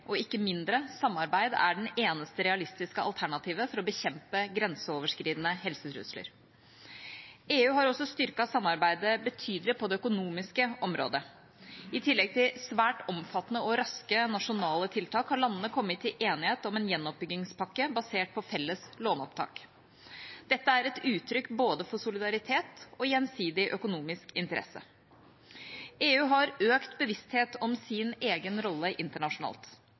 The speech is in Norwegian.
og ikke mindre – samarbeid er det eneste realistiske alternativet for å bekjempe grenseoverskridende helsetrusler. EU har også styrket samarbeidet betydelig på det økonomiske området. I tillegg til svært omfattende og raske nasjonale tiltak har landene kommet til enighet om en gjenoppbyggingspakke basert på felles låneopptak. Dette er et utrykk for både solidaritet og gjensidig økonomisk interesse. EU har økt bevissthet om sin egen rolle internasjonalt.